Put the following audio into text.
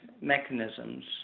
mechanisms